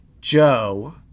Joe